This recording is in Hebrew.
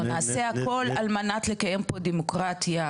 נעשה הכול על מנת לקיים פה דמוקרטיה,